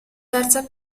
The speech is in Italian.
terza